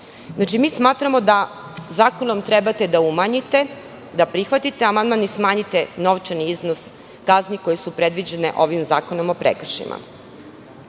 da rade. Smatramo da zakonom trebate da umanjite, da prihvatite amandman i da smanjite novčani iznos kazni koje su predviđene ovim zakonom o prekršajima. Ništa